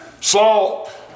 salt